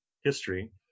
history